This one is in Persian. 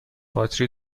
باتری